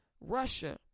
Russia